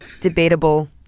Debatable